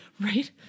Right